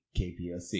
KPLC